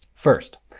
first,